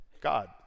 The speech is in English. God